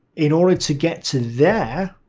in order to get to there